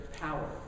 power